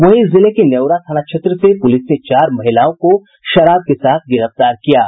वहीं जिले के नेउरा थाना क्षेत्र से पुलिस ने चार महिलाओं को शराब के साथ गिरफ्तार किया है